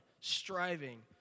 striving